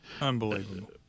Unbelievable